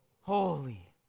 holy